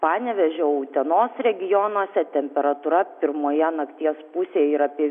panevėžio utenos regionuose temperatūra pirmoje nakties pusėje ir apie